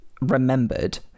remembered